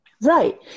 Right